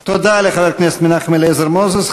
תודה לחבר הכנסת מנחם אליעזר מוזס.